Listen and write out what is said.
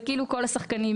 כל השחקנים